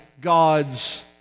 God's